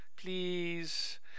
Please